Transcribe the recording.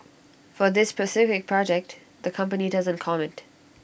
for this specific project the company doesn't comment